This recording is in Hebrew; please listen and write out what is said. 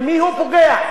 במי הוא פוגע?